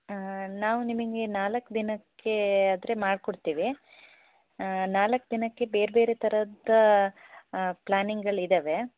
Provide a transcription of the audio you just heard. ನಾವು ನಿಮಗೆ ನಾಲ್ಕು ದಿನಕ್ಕೆ ಆದರೆ ಮಾಡ್ಕೊಡ್ತೀವಿ ನಾಲ್ಕು ದಿನಕ್ಕೆ ಬೇರೆ ಬೇರೆ ಥರದ ಪ್ಲಾನಿಂಗಳಿವೆ